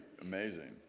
amazing